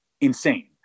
insane